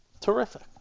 Terrific